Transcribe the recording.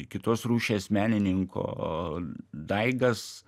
kitos rūšies menininko daigas